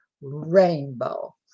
Rainbow